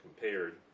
compared